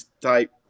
type